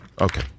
okay